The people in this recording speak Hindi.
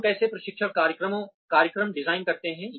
हम कैसे प्रशिक्षण कार्यक्रम डिजाइन करते हैं